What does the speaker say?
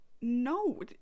no